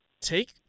take